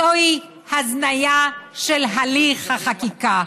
זוהי הזניה של הליך החקיקה.